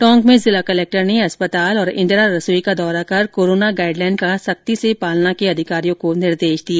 टोंक में जिला कलेक्टर ने अस्पताल और इंदिरा रसोई का दौरा कर कोरोना गाइड लाइन की सख्ती से पालना के अधिकारियों को निर्देश दिए